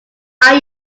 are